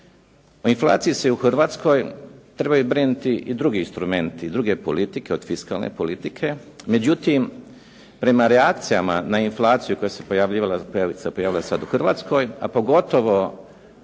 o inflaciji se u Hrvatskoj trebaju brinuti i drugi instrumenti, druge politike od fiskalne politike. Međutim, prema reakcijama na inflaciju koja se pojavljivala, koja se pojavila sad u Hrvatskoj, a pogotovo